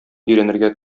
өйрәнергә